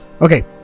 okay